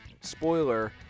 spoiler